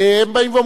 הם באים ואומרים,